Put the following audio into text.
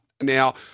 Now